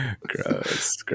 gross